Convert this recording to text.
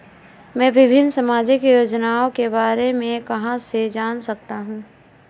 मैं विभिन्न सामाजिक योजनाओं के बारे में कहां से जान सकता हूं?